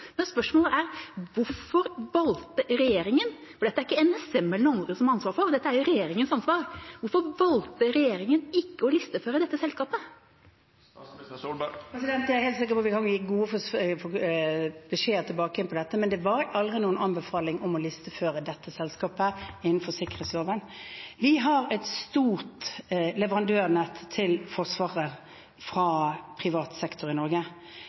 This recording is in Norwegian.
Men spørsmålet er: Hvorfor valgte regjeringa – for dette er det ikke NSM eller noen andre som har ansvar for, dette er regjeringas ansvar – ikke å listeføre dette selskapet? Jeg er helt sikker på at vi har fått mange gode beskjeder tilbake om dette, men det var aldri noen anbefaling om å listeføre dette selskapet innenfor sikkerhetsloven. Vi har et stort leverandørnett til Forsvaret fra privat sektor i Norge.